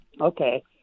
Okay